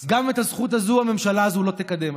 אז גם את הזכות הזאת הממשלה הזאת לא תקדם.